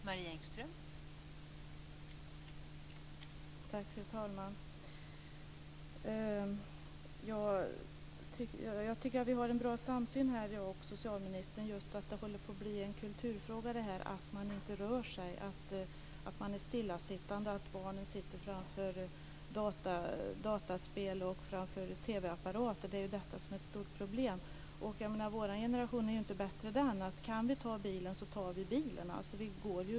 Fru talman! Jag tycker att vi har en bra samsyn här, jag och socialministern. Det håller på att bli en kulturfråga att man inte rör sig, att man är stillasittande, att barnen sitter framför dataspel och TV apparater. Detta är ju ett stort problem. Vår generation är inte bättre. Kan vi ta bilen så tar vi ju den.